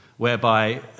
whereby